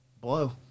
blow